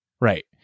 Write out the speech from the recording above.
Right